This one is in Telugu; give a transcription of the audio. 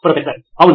ప్రొఫెసర్ అవును